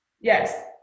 Yes